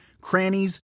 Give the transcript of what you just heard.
crannies